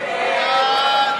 נגדה?